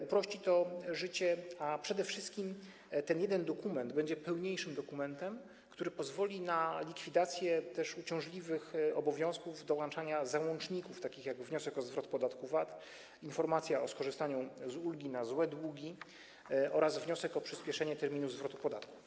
Uprości życie, a przede wszystkim jeden dokument stanie się pełniejszym dokumentem, który pozwoli na likwidację uciążliwych obowiązków dołączania załączników, takich jak wniosek o zwrot podatku VAT, informacja o skorzystaniu z ulgi na złe długi oraz wniosek o przyspieszenie terminu zwrotu podatku.